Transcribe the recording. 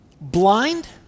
blind